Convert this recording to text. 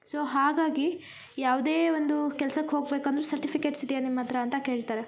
so ಹಾಗಾಗಿ ಯಾವುದೇ ಒಂದು ಕೆಲ್ಸಕ್ಕೆ ಹೋಗ್ಬೆಕಂದರೂ ಸರ್ಟಿಫಿಕೇಟ್ಸ್ ಇದ್ಯಾ ನಿಮ್ಮ ಹತ್ತಿರ ಅಂತ ಕೇಳ್ತಾರೆ